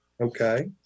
Okay